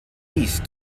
east